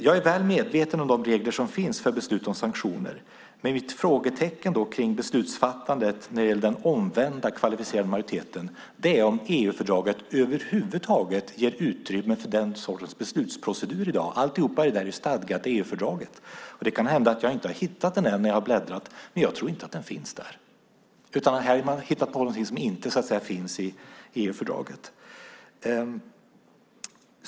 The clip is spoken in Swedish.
Jag är väl medveten om de regler som finns för beslut om sanktioner, men mitt frågetecken för beslutsfattandet när det gäller den omvända kvalificerade majoriteten är om EU-fördraget över huvud taget ger utrymme för den sortens beslutsprocedur i dag. Allt är stadgat i EU-fördraget. Det kan hända att jag inte har hittat den stadgan när jag har bläddrat i fördraget, men jag tror inte att den finns där. Här har man hittat på något som inte finns i EU-fördraget.